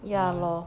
ya lor